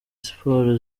siporo